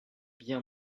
bien